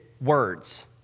words